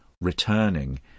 returning